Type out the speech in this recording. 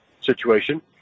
situation